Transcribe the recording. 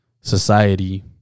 society